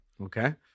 Okay